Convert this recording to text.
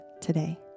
today